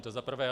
To za prvé.